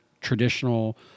traditional